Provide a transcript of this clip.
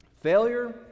failure